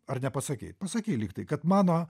ar nepasakei pasakei lyg tai kad mano